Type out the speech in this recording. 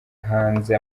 hanze